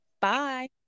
Bye